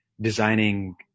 designing